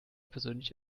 persönlich